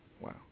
Wow